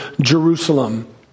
Jerusalem